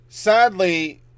Sadly